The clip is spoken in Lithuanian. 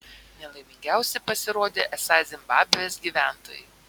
nelaimingiausi pasirodė esą zimbabvės gyventojai